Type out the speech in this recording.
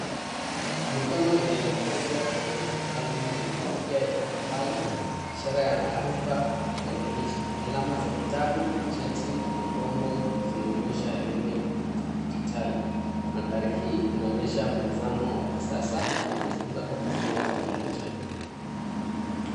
Mikono inaelekezwa kwenye balbu yenye kofia ya mahafali, ishara ya maarifa na ubunifu, alama za vitabu, cheti na ubongo zinaonyesha elimu ya kidijitali. Mandhari hii inaonyesha mtazamo wa kisasa wa kujifunza kutumia teknolojia.